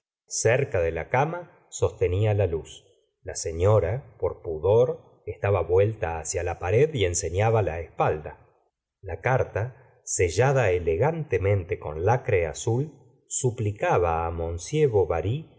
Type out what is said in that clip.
cerca de la cama sostenía la luz la señora por pudor estaba vuelta hacia la pared y enseñaba la espalda la carta sellada elegantemente con lacre azul suplicaba á